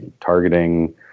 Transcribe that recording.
targeting